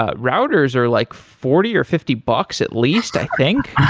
ah routers are like forty or fifty bucks, at least, i think.